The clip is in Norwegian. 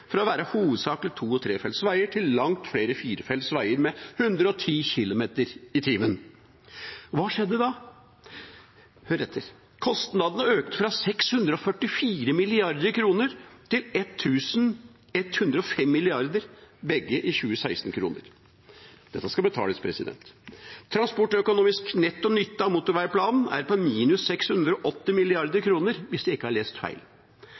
fra hovedsakelig to- og trefeltsveier til langt flere firefeltsveier med 110 km/t. Hva skjedde da? Hør etter: Kostnadene økte fra 644 mrd. kr til 1 105 mrd. – begge i 2016-kroner. Dette skal betales. Transportøkonomisk netto nytte av motorveiplanen er på minus 680 mrd. kr, hvis jeg ikke har lest feil.